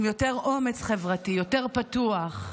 עם יותר אומץ חברתי, יותר פתוח,